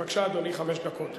בבקשה, אדוני, חמש דקות.